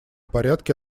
порядке